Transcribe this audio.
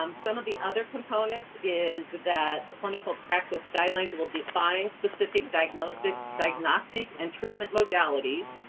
um some of the other components is that the clinical practice guidelines will define specific diagnostic diagnostic and treatment modalities,